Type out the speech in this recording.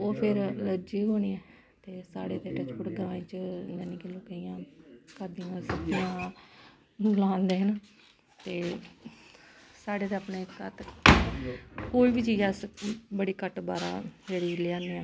ओ फेर ऐलार्जी गै होनी ते साढ़े इत्थे ग्रांएं च जानि के लोकें इयां घर दियां गै सब्जियां लांदे न ते साढ़े ते अपने घर कोई बी चीज़ अस बड़ी घट्ट बाह्रा जेह्ड़ी लेआने आं